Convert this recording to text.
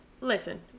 listen